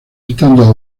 estando